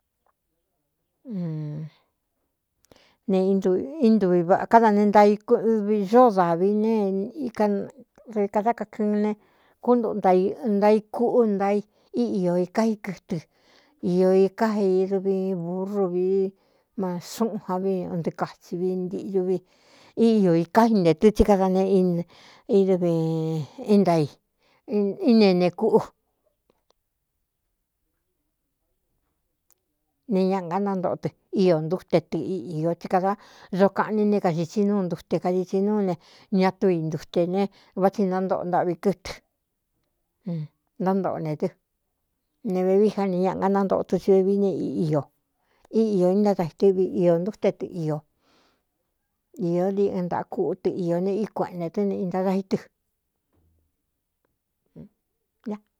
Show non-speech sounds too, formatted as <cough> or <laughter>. <hesitation> Neinv vakáda ne nav ñóó dāvi nei kadá kakɨɨn ne kúntoꞌo nai ntai kúꞌú nai íꞌi ō ika í kɨtɨ iō īká ei duvi būrru vi ma súꞌun jan viño ntɨɨ katsi vi ntiꞌɨ dvi íꞌiō iká inte tɨ tsí kada nee vaíne e kúꞌu <hesitation> ne ñaꞌa ganántoꞌo tɨ íō ntúte tɨ iꞌō tsí kada dookaꞌn ni ne kaxitsi núu ntute kadi tsi núu ne ña tú i ntutē ne vá tsi nánoꞌ naꞌvi kɨɨ ntántoꞌo ne dɨ ne vevií ja ne ñaꞌa gánántoꞌo tɨ tsi vevií ne íꞌi ō intádai tɨꞌvi iō ntúte tɨꞌ iō īó ndi ɨn ntaꞌakúꞌu tɨ iō neꞌí kueꞌene tɨ́ ne i ntadā í tɨ.